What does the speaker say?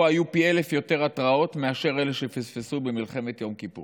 פה היו פי אלף יותר התרעות מאשר אלה שפספסו במלחמת יום כיפור.